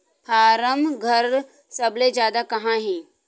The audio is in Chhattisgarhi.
फारम घर सबले जादा कहां हे